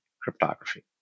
cryptography